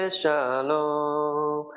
shalom